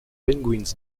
penguins